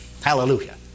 Hallelujah